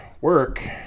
work